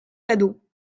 cadeaux